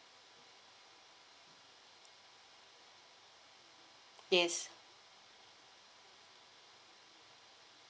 yes